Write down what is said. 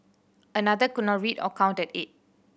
another could not read or count at eight